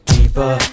Deeper